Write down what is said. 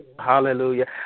hallelujah